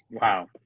Wow